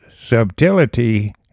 subtlety